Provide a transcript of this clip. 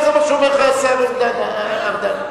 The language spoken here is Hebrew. חבר הכנסת אורון,